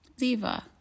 Ziva